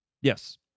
Yes